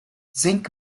zinc